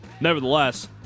Nevertheless